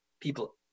people